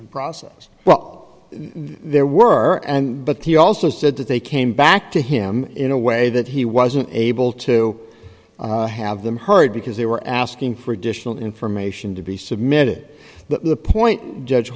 and process well there were and but he also said that they came back to him in a way that he wasn't able to have them heard because they were asking for additional information to be submitted but the point judge